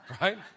Right